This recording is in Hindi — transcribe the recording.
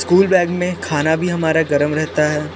स्कूल बैग में खाना भी हमारा गरम रहता है